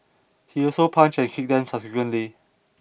he also punched and kicked them subsequently